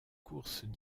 courses